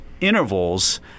intervals